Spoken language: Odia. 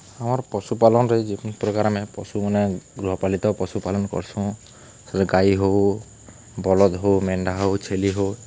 ଆମର୍ ପଶୁପାଲନ୍ରେ ଯେନ୍ ପ୍ରକାର୍ ଆମେ ପଶୁମାନେ ଗୃହପାଳିତ ପଶୁପାଳନ୍ କର୍ସୁଁ ସେଟା ଗାଈ ହଉ ବଲଦ୍ ହଉ ମେଣ୍ଢା ହଉ ଛେଲି ହଉ